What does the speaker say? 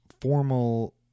formal